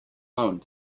loan